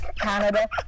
Canada